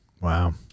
Wow